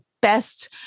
best